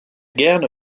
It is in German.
gerne